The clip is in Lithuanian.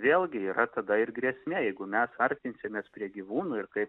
vėlgi yra tada ir grėsmė jeigu mes artinsimės prie gyvūnų ir kaip